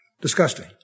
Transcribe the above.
disgusting